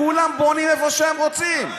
כולם בונים איפה שהם רוצים.